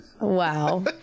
Wow